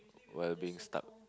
while being stuck